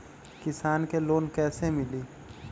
किसान के लोन कैसे मिली?